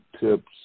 tips